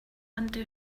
undo